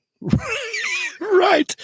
Right